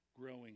growing